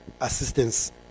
assistance